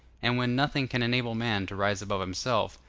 and when nothing can enable man to rise above himself,